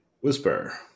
Whisper